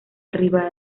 arriba